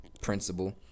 principle